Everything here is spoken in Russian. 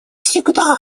всегда